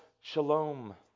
shalom